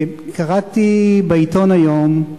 קראתי בעיתון היום,